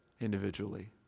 individually